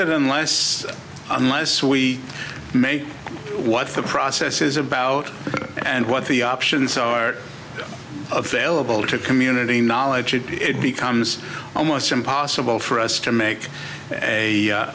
that unless unless we make what's the process is about and what the options are available to community knowledge it becomes almost impossible for us to make